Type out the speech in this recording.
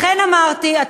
לכן אמרתי, גם עכשיו לא.